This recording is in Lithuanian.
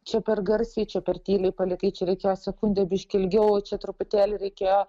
čia per garsiai čia per tyliai palikai čia reikėjo sekunde biškį ilgiau čia truputėlį reikėjo